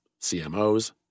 CMOs